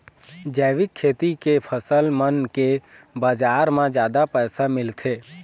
जैविक खेती के फसल मन के बाजार म जादा पैसा मिलथे